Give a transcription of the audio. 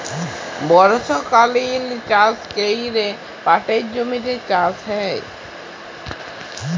বর্ষকালীল চাষ ক্যরে পাটের জমিতে চাষ হ্যয়